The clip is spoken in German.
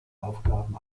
aufgaben